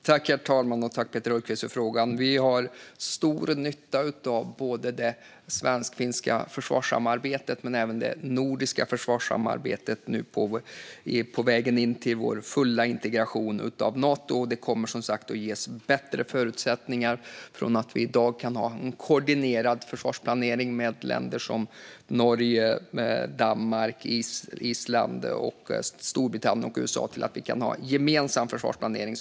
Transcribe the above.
Herr talman! Tack, Peter Hultqvist, för frågan! Vi har stor nytta av både det svensk-finska och det nordiska försvarssamarbetet på vägen mot vår fulla integration med Nato. Det kommer som sagt att ge oss bättre förutsättningar, från att vi i dag kan ha en koordinerad försvarsplanering med länder som Norge, Danmark, Island, Storbritannien och USA till att vi kan ha en gemensam försvarsplanering.